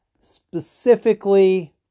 specifically